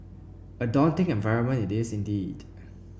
a daunting environment it is indeed